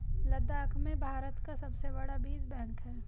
लद्दाख में भारत का सबसे बड़ा बीज बैंक है